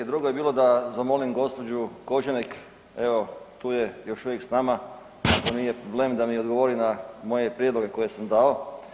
Drugo je bilo da zamolim gospođu Koržinek, evo tu je još uvijek s nama ako nije problem da mi odgovori na moje prijedloge koje sam dao.